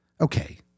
okay